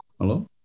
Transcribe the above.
hello